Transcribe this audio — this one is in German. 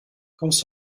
kommst